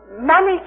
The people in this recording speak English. Money